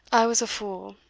i was a fool,